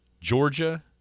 Georgia –